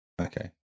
Okay